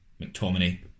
McTominay